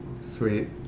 sweet